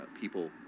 people